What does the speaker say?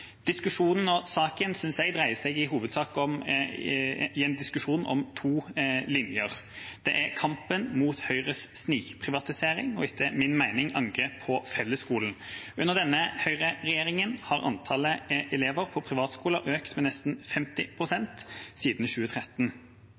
Saken syns jeg i hovedsak dreier seg om en diskusjon om to linjer. Det ene er kampen mot Høyres snikprivatisering og, etter min mening, angrep på fellesskolen. Under denne høyreregjeringa, siden 2013, har antallet elever på privatskoler økt med nesten 50